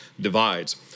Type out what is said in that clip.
divides